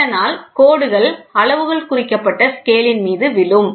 இதனால் கோடுகள் அளவுகள் குறிக்கப்பட்ட ஸ்கேல் ன் மீது விழும்